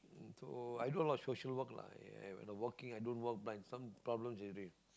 so i do a lot of social work lah err when they working i don't work some problems